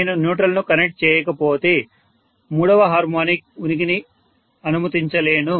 నేను న్యూట్రల్ ను కనెక్ట్ చేయకపోతే మూడవ హార్మోనిక్ ఉనికిని అనుమతించలేను